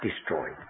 destroyed